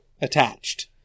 attached